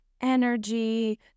energy